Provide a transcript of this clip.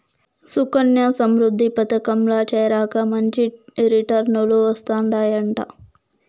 సుకన్యా సమృద్ధి పదకంల చేరాక మంచి రిటర్నులు వస్తందయంట